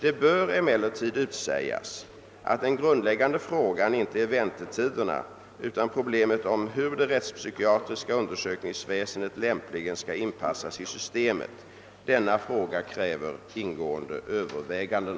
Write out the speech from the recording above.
Det bör emellertid utsägas, att den grundläggande frågan inte är väntetiderna utan problemet om hur det rättspsykiatriska undersökningsväsendet lämpligen skall inpassas i systemet. Denna fråga kräver ingående överväganden.